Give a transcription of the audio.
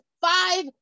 five